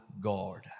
God